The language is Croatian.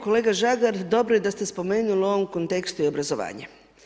Kolega Žagar, dobro je da ste spomenuli u ovom kontekstu i obrazovanje.